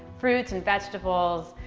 fruits and vegetables,